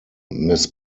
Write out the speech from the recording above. miss